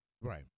right